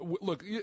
look